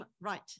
Right